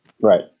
Right